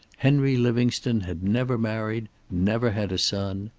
henry livingstone had never married, never had a son.